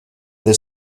the